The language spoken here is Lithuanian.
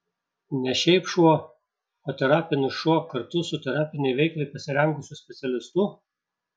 ne šiaip šuo o terapinis šuo kartu su terapinei veiklai pasirengusiu specialistu